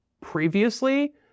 previously